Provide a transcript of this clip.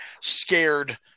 scared